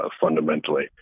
fundamentally